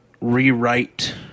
rewrite